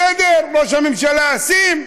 בסדר, ראש הממשלה, שים.